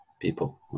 people